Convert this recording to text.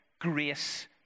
grace